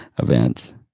Events